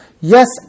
Yes